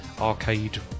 arcade